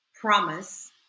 promise